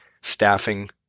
staffing